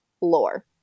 lore